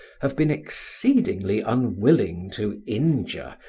have been exceedingly unwilling to injure,